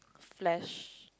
flesh